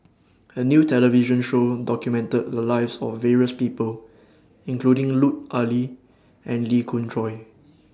A New television Show documented The Lives of various People including Lut Ali and Lee Khoon Choy